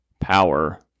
power